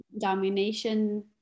domination